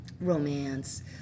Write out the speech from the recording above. Romance